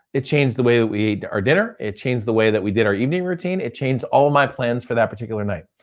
it changed the way we ate our dinner, it changed the way that we did our evening routine, it changed all my plans for that particular night.